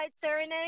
Serenade